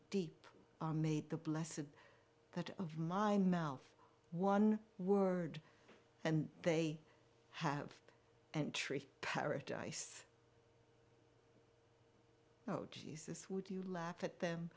deep are made the blessing that of my mouth one word and they have entry paradise oh jesus would you laugh at them